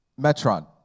Metron